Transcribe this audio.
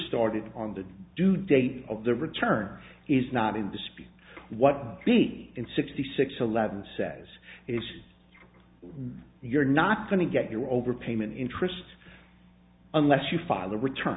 started on the due date of the return is not in dispute what b and sixty six eleven says is you're not going to get your overpayment interest unless you file a return